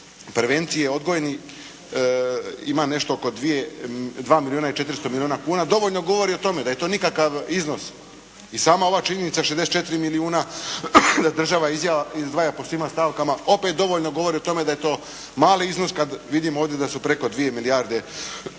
prevencije odgojni ima nešto oko 2 milijuna i 400 milijuna kuna dovoljno govori o tome da je to nikakav iznos. I sama ova činjenica 64 milijuna da država izdvaja po svim stavkama opet dovoljno govori o tome da je to mali iznos kad vidimo ovdje da su preko 2 milijarde kuna